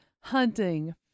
hunting